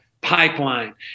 pipeline